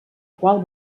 qual